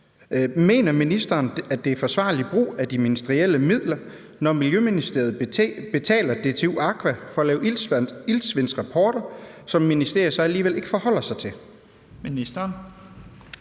Mener ministeren, at det er forsvarlig brug af de ministerielle midler, når Miljøministeriet betaler DTU Aqua for at lave iltsvindsrapporter, som ministeriet så alligevel ikke forholder sig til?